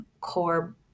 core